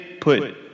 put